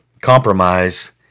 compromise